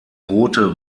rote